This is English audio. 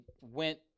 went